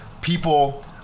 people